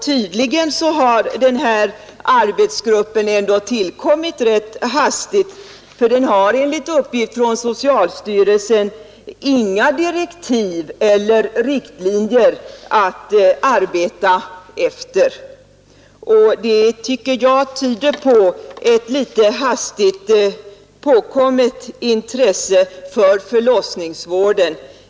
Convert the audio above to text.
Tydligen har den här arbetsgruppen tillkommit rätt hastigt, eftersom den enligt uppgift från socialstyrelsen inte har några direktiv eller riktlinjer att arbeta efter, och det tycker jag tyder på ett något hastigt på kommet intresse för förlossningsvården.